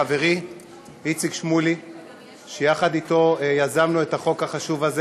של חבר הכנסת איציק שמולי וקבוצת חברי הכנסת.